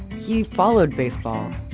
he followed baseball.